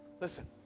listen